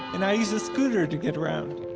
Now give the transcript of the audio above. and i use a scooter to get around.